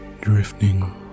Drifting